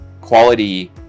quality